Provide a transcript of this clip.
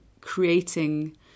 creating